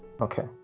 Okay